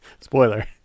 Spoiler